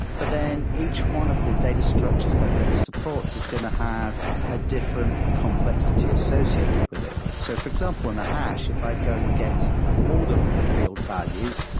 but then each one of the data structures that redis supports is going to have a different complexity associated with it. so for example, in a hash, if i go and get all of the field values,